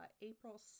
April